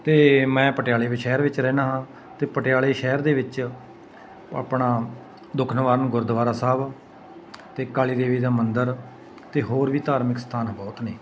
ਅਤੇ ਮੈਂ ਪਟਿਆਲੇ ਵੇ ਸ਼ਹਿਰ ਵਿੱਚ ਰਹਿੰਦਾ ਹਾਂ ਅਤੇ ਪਟਿਆਲੇ ਸ਼ਹਿਰ ਦੇ ਵਿੱਚ ਆਪਣਾ ਦੁਖਨਿਵਾਰਨ ਗੁਰਦੁਆਰਾ ਸਾਹਿਬ ਅਤੇ ਕਾਲੀ ਦੇਵੀ ਦਾ ਮੰਦਰ ਅਤੇ ਹੋਰ ਵੀ ਧਾਰਮਿਕ ਸਥਾਨ ਬਹੁਤ ਨੇ